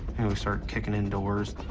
and we start kicking in doors.